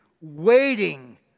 Waiting